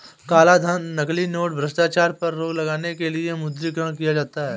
कालाधन, नकली नोट, भ्रष्टाचार पर रोक लगाने के लिए विमुद्रीकरण किया जाता है